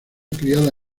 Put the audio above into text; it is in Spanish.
criada